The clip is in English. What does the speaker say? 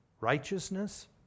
righteousness